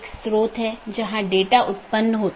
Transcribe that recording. तो यह एक सीधे जुड़े हुए नेटवर्क का परिदृश्य हैं